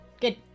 good